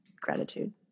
gratitude